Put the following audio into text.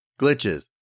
Glitches